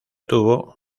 tuvo